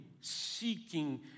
seeking